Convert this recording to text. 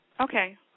Okay